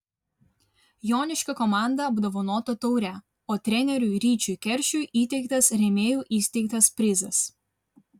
joniškio komanda apdovanota taure o treneriui ryčiui keršiui įteiktas rėmėjų įsteigtas prizas